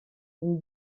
une